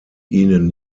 ihnen